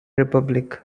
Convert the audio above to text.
republic